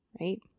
right